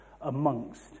amongst